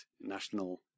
national